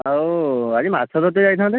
ଆଉ ଆଜି ମାଛ ଧରିତେ ଯାଇଥାନ୍ତେ